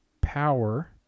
power